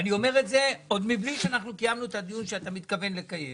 ואני אומר את זה עוד מבלי שקיימנו את הדיון שאתה מתכוון לקיים,